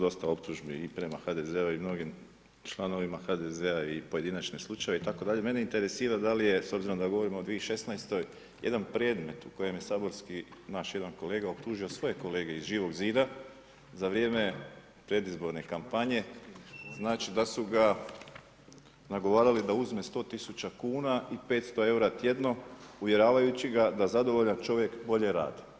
Pa evo čuli smo dosta optužbi i prema HDZ-u i mnogim članovima HDZ-a i pojedinačne slučaje itd. mene interesira da li je s obzirom da govorimo o 2016. jedan predmet u kojem je saborski naš jedan kolega optužio svoje kolege iz Živog zida za vrijeme predizborne kampanje znači da su ga nagovarali da uzme 100.000 tisuća kuna i 500 eura tjedno uvjeravajući ga da zadovoljan čovjek bolje radi.